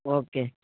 okay